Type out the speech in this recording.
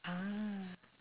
ah